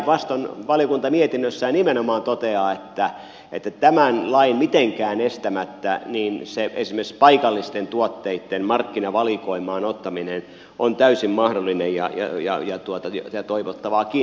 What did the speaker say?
päinvastoin valiokunta mietinnössään nimenomaan toteaa että tämän lain mitenkään estämättä esimerkiksi paikallisten tuotteitten markkinavalikoimaan ottaminen on täysin mahdollista ja toivottavaakin